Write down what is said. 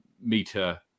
meter